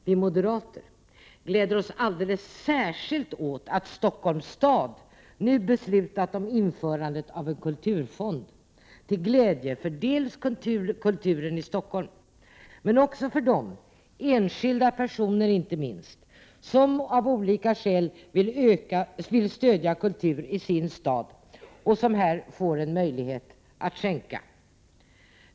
Vi moderater gläder oss alldeles särskilt åt att Stockholms stad nu har beslutat om införandet av en kulturfond till glädje för kulturen i Stockholm, men också för dem, inte minst enskilda personer, som av olika skäl vill stödja kulturen i sin stad. De får nu en möjlighet att skänka pengar.